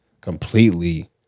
completely